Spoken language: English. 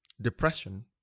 Depression